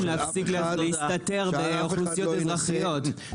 להפסיק להסתתר בתוך אוכלוסיות אזרחיות.